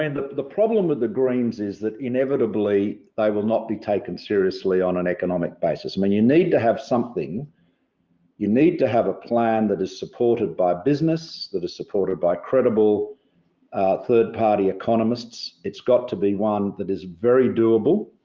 and the the problem with the greens is that inevitably, they will not be taken seriously on an economic basis and you need to have something you need to have a plan that is supported by business that is supported by credible third party economists. it's got to be one that is very, very doable.